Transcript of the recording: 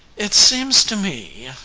it seems to me,